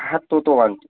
હા તો તો વાંધો